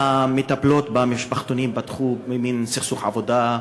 המטפלות במשפחתונים פתחו במין סכסוך עבודה,